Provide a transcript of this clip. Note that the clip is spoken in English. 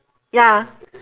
ya